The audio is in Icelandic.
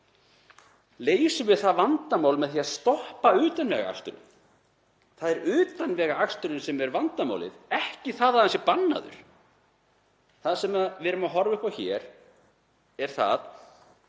leysum við það vandamál með því að stoppa utanvegaaksturinn. Það er utanvegaaksturinn sem er vandamálið, ekki það að hann sé bannaður. Það sem við erum að horfa upp á hér er það